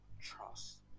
trust